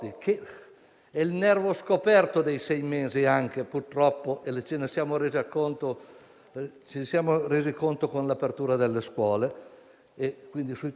l'avvio di un processo di accompagnamento del cambiamento del sistema dei trasporti e di risposta sul sistema dei trasporti. Gli indicatori